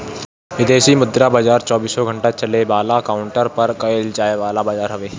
विदेशी मुद्रा बाजार चौबीसो घंटा चले वाला काउंटर पे कईल जाए वाला बाजार हवे